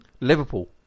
Liverpool